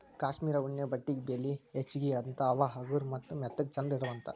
cashmere ಉಣ್ಣೆ ಬಟ್ಟೆಗೆ ಬೆಲಿ ಹೆಚಗಿ ಅಂತಾ ಅವ ಹಗರ ಮತ್ತ ಮೆತ್ತಗ ಚಂದ ಇರತಾವಂತ